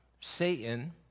Satan